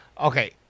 Okay